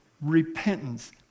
Repentance